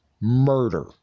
murder